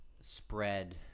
spread